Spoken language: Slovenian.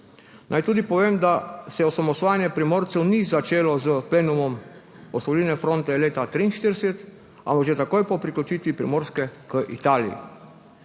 Naj tudi povem, da se osamosvajanje Primorcev ni začelo s plenumom Osvobodilne fronte leta 1943, ampak že takoj po priključitvi Primorske k Italiji.